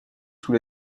sous